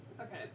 Okay